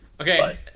Okay